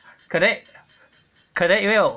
可能可能因为我